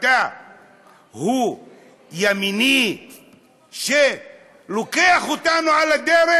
אתה ימני שלוקח אותנו על הדרך.